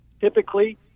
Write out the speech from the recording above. typically